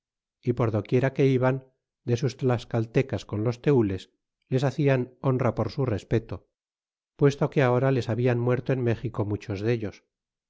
y por do quiera que iban de sus tlascaltecas con los teules les hacian honra por su respeto puesto que ahora les habian muerto en méxico muchos dellos